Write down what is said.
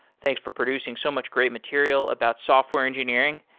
thanks for producing so much great material about software engineering.